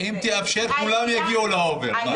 אם תאפשר, כולם יגיעו לאובר.